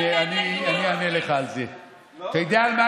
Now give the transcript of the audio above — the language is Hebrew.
אתה יודע מה זה?